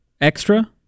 Extra